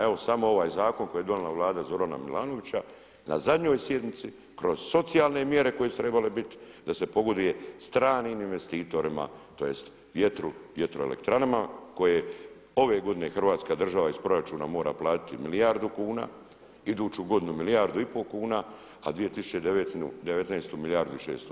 Evo samo ovaj zakon koji je donijela Vlada Zorana Milanovića, na zadnjoj sjednici kroz socijalne mjere koje su trebale biti da se pogoduje stranim investitorima tj. vjetru, vjetroelektranama koje ove godine Hrvatska država iz proračuna mora platiti milijardu kuna, iduću godinu milijardu i pol kuna a 2019. milijardu i 600.